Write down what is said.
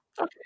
Okay